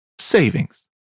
savings